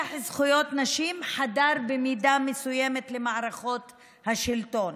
שיח זכויות נשים חדר במידה מסוימת למערכות השלטון.